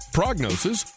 prognosis